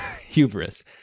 Hubris